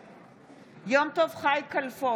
בעד מירב כהן, בעד יום טוב חי כלפון,